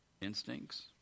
instincts